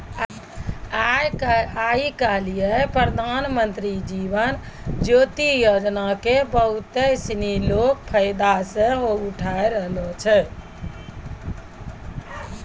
आइ काल्हि प्रधानमन्त्री जीवन ज्योति योजना के बहुते सिनी लोक फायदा सेहो उठाय रहलो छै